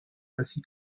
ainsi